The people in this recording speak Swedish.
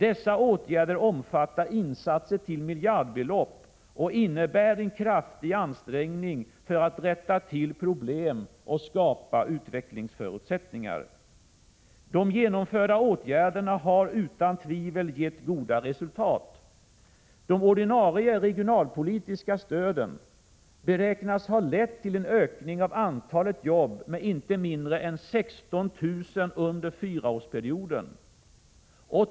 Dessa åtgärder omfattar insatser till miljardbelopp och innebär en kraftig ansträngning för att rätta till problem och skapa utvecklingsförutsättningar. De genomförda åtgärderna har utan tvivel gett goda resultat. De ordinarie regionalpolitiska stöden beräknas ha lett till en ökning av antalet jobb med inte mindre än 16 000 under fyraårsperioden.